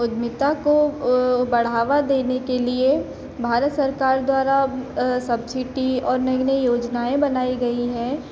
उद्यमिता को बढ़ावा देने के लिए भारत सरकार द्वारा सब्सिडी और नई नई योजनाएँ बनाई गई हैं